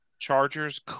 Chargers